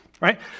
right